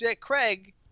Craig